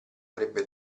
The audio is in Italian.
avrebbe